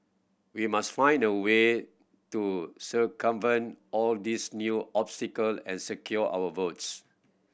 we must find a way to circumvent all these new obstacle and secure our votes